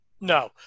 No